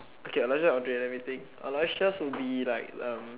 okay Aloysius Andrea let me think Aloysius would be like